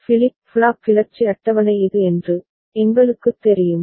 flip flop கிளர்ச்சி அட்டவணை இது என்று எங்களுக்குத் தெரியும்